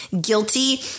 guilty